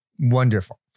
wonderful